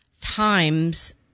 times